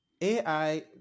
AI